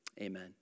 amen